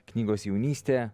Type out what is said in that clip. knygos jaunystė